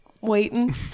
Waiting